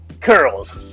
curls